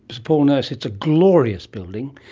paul nurse, it's a glorious building.